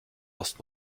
erst